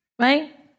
right